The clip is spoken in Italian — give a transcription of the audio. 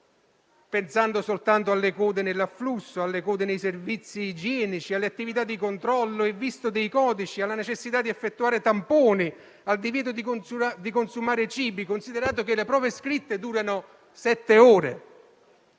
pensiamo soltanto alle code nell'afflusso, alle code nei servizi igienici, alle attività di controllo e visto dei codici, alla necessità di effettuare tamponi, al divieto di consumare cibi, considerato che le prove scritte durano sette ore,